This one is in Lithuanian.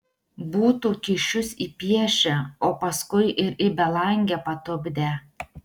būtų kyšius įpiešę o paskui ir į belangę patupdę